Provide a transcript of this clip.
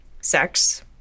Sex